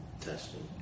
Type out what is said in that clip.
testing